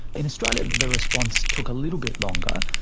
in australia, the response took a little bit longer,